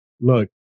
Look